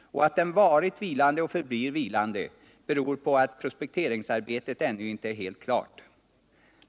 Och att den varit vilande och förblir vilande beror på att prospekteringsarbetet ännu inte är helt klart.